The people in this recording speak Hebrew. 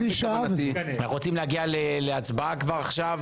אנחנו רוצים להגיע להצבעה כבר עכשיו.